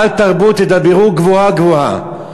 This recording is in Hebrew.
אל תרבו תדברו גבוהה-גבוהה.